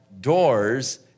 doors